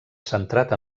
centrat